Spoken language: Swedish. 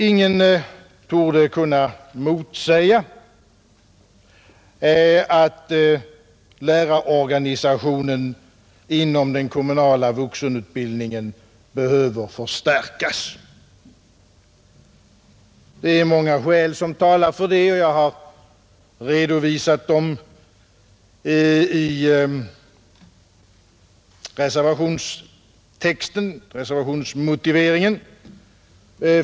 Ingen torde kunna motsäga att lärarorganisationen inom den kommunala vuxenutbildningen behöver förstärkas. Det är många skäl som talar för det, och jag har redovisat dem i reservationsmotiveringen.